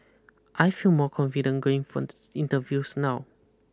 I feel more confident going for interviews now